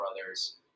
brothers